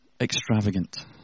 extravagant